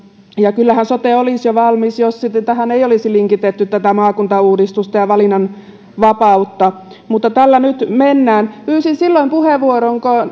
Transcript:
kyllähän sote olisi jo valmis jos tähän ei olisi linkitetty maakuntauudistusta ja valinnanvapautta mutta tällä nyt mennään pyysin silloin puheenvuoron